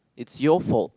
it's your fault